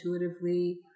intuitively